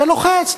שלוחץ להקפיא,